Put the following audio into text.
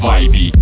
Vibe